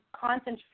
concentrate